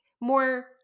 more